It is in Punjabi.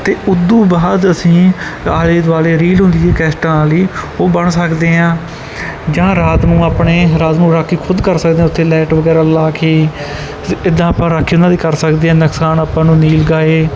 ਅਤੇ ਉੱਦੋਂ ਬਾਅਦ ਅਸੀਂ ਆਲੇ ਦੁਆਲੇ ਰੀਲ ਹੁੰਦੀ ਹੈ ਕੈਸਟਾਂ ਵਾਲੀ ਉਹ ਬੰਨ ਸਕਦੇ ਹਾਂ ਜਾਂ ਰਾਤ ਨੂੰ ਆਪਣੇ ਰਾਤ ਨੂੰ ਰਾਖੀ ਖੁਦ ਕਰ ਸਕਦੇ ਉੱਥੇ ਲੈਟ ਵਗੈਰਾ ਲਗਾ ਕੇ ਇੱਦਾਂ ਆਪਾਂ ਰਾਖੀ ਉਹਨਾਂ ਦੀ ਕਰ ਸਕਦੇ ਹਾਂ ਨੁਕਸਾਨ ਆਪਾਂ ਨੂੰ ਨੀਲ ਗਾਏ